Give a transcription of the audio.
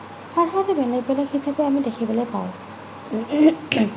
সঁচাকে বেলেগ বেলেগ হিচাপে আমি দেখিবলে পাওঁ